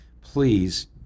please